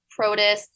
protists